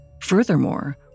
Furthermore